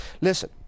Listen